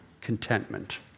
Contentment